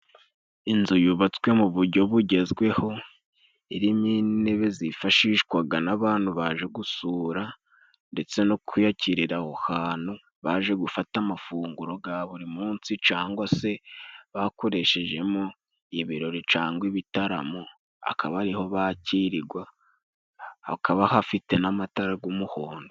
Inzu yubatswe mu buryo bugezweho irimo intebe zifashishwa n'abantu baje gusura ndetse no kwiyakirira aho hantu , baje gufata amafunguro ya buri munsi cyangwa se bakoreshejemo ibirori cyangwa ibitaramo akaba ariho bakirirwa hakaba hafite n'amatara y'umuhondo.